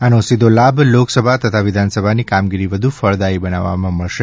આનો સીધો લાભ લોકસભા તથા વિધાનસભાની કામગીરી વધુ ફળદાથી બનાવવામાં મળશે